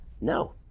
No